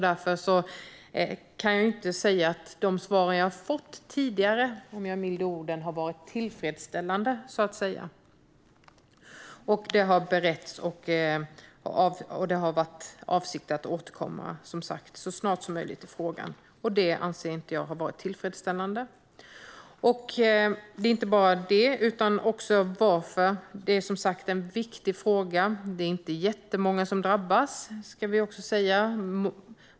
Därför kan jag inte säga att de svar jag har fått tidigare, för att uttrycka mig milt, har varit tillfredsställande. Det har beretts, och avsikten har varit att återkomma så snart som möjligt i frågan, som sagt. Det anser jag inte har varit tillfredställande. Det här är som sagt en viktig fråga. Det är inte jättemånga som drabbas, ska sägas.